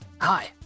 hi